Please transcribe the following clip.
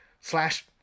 slash